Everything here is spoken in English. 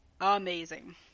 amazing